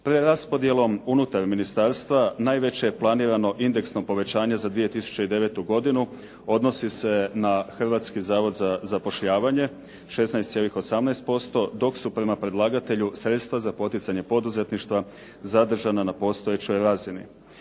Preraspodjelom unutar ministarstva najveće planirano indeksno povećanje za 2009. godinu odnosi se na Hrvatski zavod za zapošljavanje 16,18% dok su prema predlagatelju sredstva za poticanje poduzetništva zadržana na postojećoj razini.